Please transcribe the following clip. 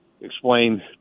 explain